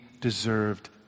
deserved